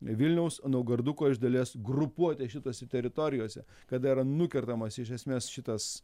vilniaus naugarduko iš dalies grupuotė šitose teritorijose kada yra nukertamas iš esmės šitas